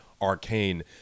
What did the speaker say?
arcane